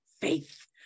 faith